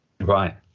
right